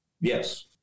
Yes